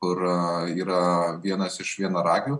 kur yra vienas iš vienaragių